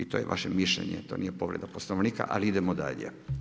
I to je vaše mišljenje, to nije povreda Poslovnika ali idemo dalje.